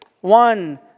one